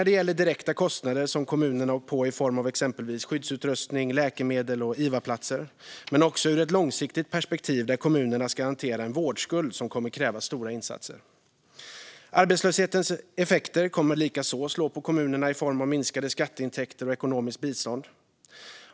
Det handlar om direkta kostnader som kommunerna åkt på i form av exempelvis skyddsutrustning, läkemedel och iva-platser, men också om ett långsiktigt perspektiv där kommunerna ska hantera en vårdskuld som kommer att kräva stora insatser. Arbetslöshetens effekter kommer likaså att slå på kommunerna i form av minskade skatteintäkter och ökat ekonomiskt bistånd.